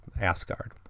Asgard